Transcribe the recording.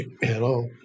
Hello